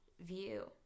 View